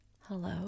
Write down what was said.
hello